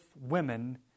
women